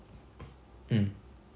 mm